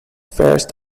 first